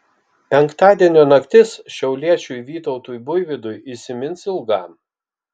penktadienio naktis šiauliečiui vytautui buivydui įsimins ilgam